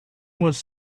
was